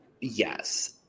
Yes